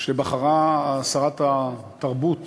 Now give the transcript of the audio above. שבחרה שרת התרבות